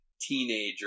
teenager